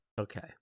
Okay